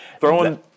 Throwing